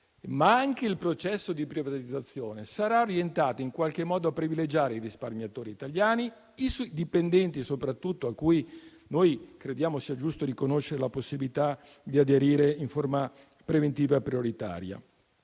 ma anche il processo di privatizzazione sarà orientato in qualche modo a privilegiare i risparmiatori italiani e i dipendenti, a cui crediamo sia giusto riconoscere la possibilità di aderire in forma preventiva e prioritaria.